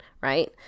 right